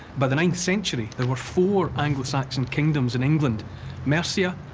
by the ninth century, there were four anglo-saxon kingdoms in england mercia,